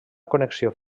connexió